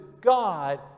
God